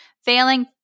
failing